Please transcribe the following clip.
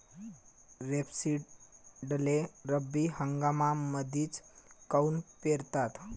रेपसीडले रब्बी हंगामामंदीच काऊन पेरतात?